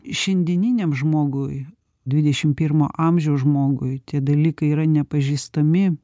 šiandieniniam žmogui dvidešim pirmo amžiaus žmogui tie dalykai yra nepažįstami